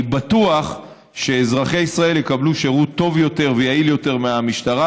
אני בטוח שאזרחי ישראל יקבלו שירות טוב יותר ויעיל יותר מהמשטרה,